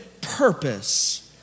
purpose